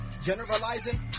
generalizing